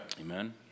Amen